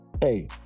Hey